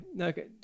okay